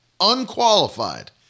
unqualified